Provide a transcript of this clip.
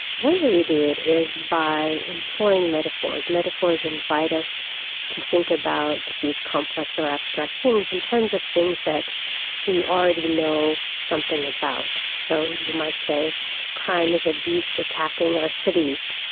one way we do it is by employing metaphors. metaphors invite us to think about these complex or abstract things in terms of things that we already know something about. so you might say crime is a beast attacking our cities.